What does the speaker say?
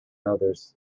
others